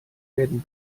werden